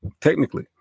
Technically